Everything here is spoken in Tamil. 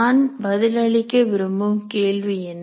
நான் பதில் அளிக்க விரும்பும் கேள்வி என்ன